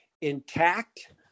intact